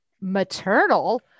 maternal